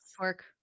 work